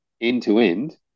end-to-end